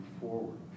forward